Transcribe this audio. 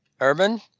Urban